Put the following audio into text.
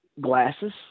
glasses